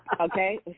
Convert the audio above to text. Okay